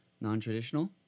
Non-traditional